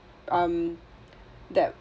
um that